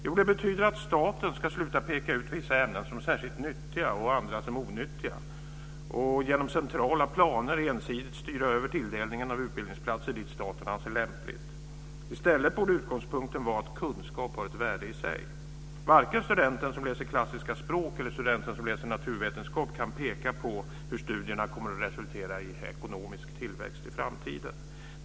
Jo, det betyder att staten ska sluta att peka ut vissa ämnen som särskilt nyttiga och andra som onyttiga och upphöra med att genom centrala planer ensidigt styra över tilldelningen av utbildningsplatser dit staten anser det vara lämpligt. I stället borde utgångspunkten vara att kunskap har ett värde i sig. Varken studenten som läser klassiska språk eller studenten som läser naturvetenskap kan peka på hur studierna kommer att resultera i ekonomisk tillväxt i framtiden.